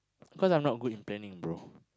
because I am not good in planning bro